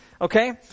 Okay